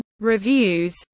reviews